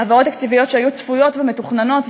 העברות תקציביות שהיו צפויות ומתוכננות,